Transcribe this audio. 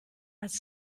als